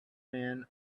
men